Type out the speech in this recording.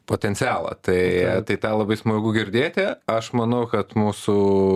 potencialo tai tai tą labai smagu girdėti aš manau kad mūsų